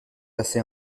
assez